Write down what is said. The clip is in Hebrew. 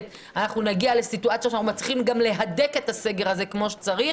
נגיע לסיטואציה שאנחנו מצליחים גם להדק את הסגר הזה כמו שצריך.